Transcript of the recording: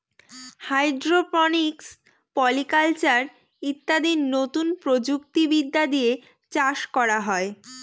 hydroponics, polyculture ইত্যাদি নতুন প্রযুক্তি বিদ্যা দিয়ে চাষ করা হয়